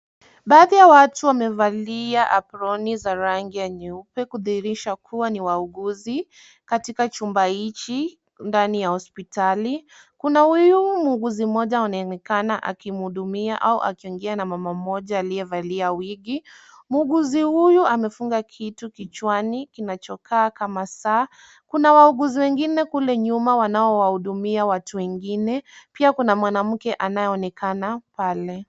Baadhi ya watu wamevalia aproni za rangi ya nyeupe kudhihirisha kuwa ni wauguzi katika chumba hichi ndani ya hospitali. Kuna huyu muuguzi mmoja anayeonekana akimhudumia au akiongea na mama mmoja aliyevalia wigi. Muuguzi huyu amefunga kitu kichwani kinachokaa kama saa. Kuna wauguzi wengine kule nyuma wanaowahudumia watu wengine. Pia kuna mwanamke anayeonekana pale.